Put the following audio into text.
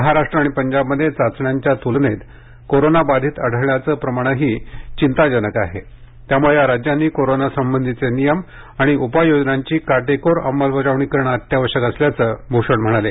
महाराष्ट्र आणि पंजाबमध्ये चाचण्यांच्या तुलनेत कोरोनाबाधित आढळण्याचे प्रमाणही चिंताजनक आहे त्यामुळे या राज्यांनी कोरोनासंबधीचे नियम आणि उपाय योजनांची काटेकोर अंमलबजावणी करण अत्यावश्यक असल्याचे भूषण म्हणाले